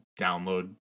download